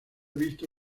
visto